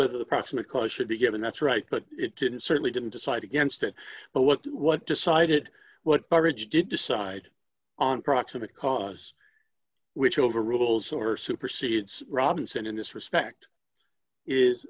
the proximate cause should be given that's right but it didn't certainly didn't decide against it but what what decided what marriage did decide on proximate cause which overrules or supersedes robinson in this respect is